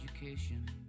education